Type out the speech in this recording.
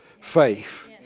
faith